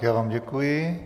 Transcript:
Já vám děkuji.